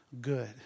Good